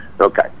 Okay